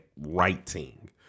writing